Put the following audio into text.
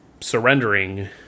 surrendering